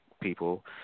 People